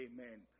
Amen